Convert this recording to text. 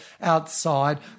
outside